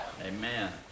Amen